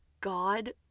God